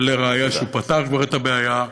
ולראיה, הוא כבר פתר את הבעיה.